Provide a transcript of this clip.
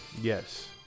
Yes